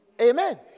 Amen